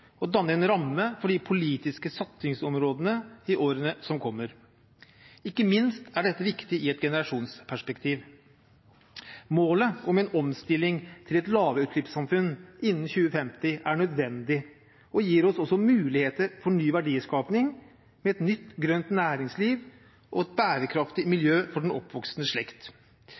og danne en ramme for de politiske satsingsområdene i årene som kommer. Ikke minst er dette viktig i et generasjonsperspektiv. Målet om en omstilling til et lavutslippssamfunn innen 2015 er nødvendig og gir oss også muligheter til ny verdiskaping, et nytt grønt næringsliv og et bærekraftig